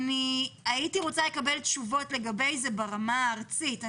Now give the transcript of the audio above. הייתי רוצה לקבל תשובות לגבי זה ברמה הארצית.